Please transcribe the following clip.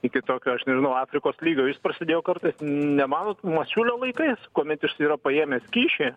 iki tokio aš nežinau afrikos lygio jis prasidėjo kartais nemanot masiulio laikais kuomet jis yra paėmęs kyšį